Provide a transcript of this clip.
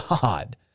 God